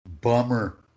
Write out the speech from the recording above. Bummer